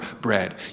bread